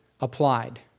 applied